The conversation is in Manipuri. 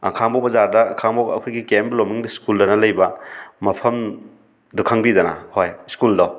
ꯈꯥꯉꯕꯣꯛ ꯕꯖꯥꯔꯗ ꯈꯥꯉꯕꯣꯛ ꯑꯩꯈꯣꯏꯒꯤ ꯀꯦ ꯑꯦꯝ ꯕ꯭ꯂꯨꯃꯤꯡ ꯁ꯭ꯀꯨꯜꯑꯅ ꯂꯩꯕ ꯃꯐꯝꯗꯨ ꯈꯪꯕꯤꯗꯅ ꯍꯣꯏ ꯁ꯭ꯀꯨꯜꯗꯣ